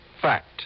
Fact